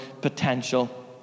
potential